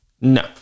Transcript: No